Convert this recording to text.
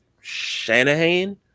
Shanahan